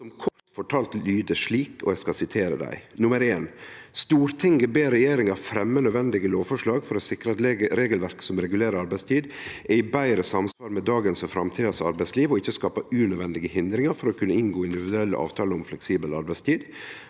dvs. framlegg nr. 1 i representantframlegget: «Stortinget ber regjeringen fremme nødvendige lovforslag for å sikre at regelverket som regulerer arbeidstid er i bedre samsvar med dagens og fremtidens arbeidsliv og ikke skaper unødvendige hindringer for å kunne inngå individuelle avtaler om fleksibel arbeidstid.»